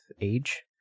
age